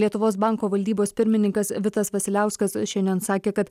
lietuvos banko valdybos pirmininkas vitas vasiliauskas šiandien sakė kad